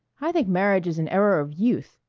i think marriage is an error of youth.